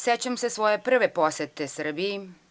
Sećam se svoje prve posete Srbiji.